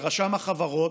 ורשם החברות,